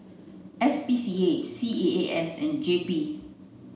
S P C A C A A S and J P